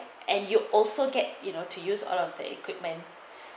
and you also get you know to use all of the equipment